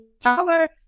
shower